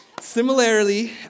Similarly